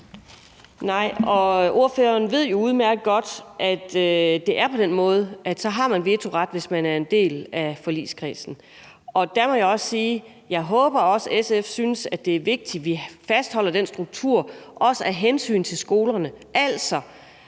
(V): Ordføreren ved jo udmærket godt, at det er på den måde, altså at man har vetoret, hvis man er en del af forligskredsen, og der må jeg også sige, at jeg håber, at SF synes, at det er vigtigt, at vi fastholder den struktur, også af hensyn til skolerne,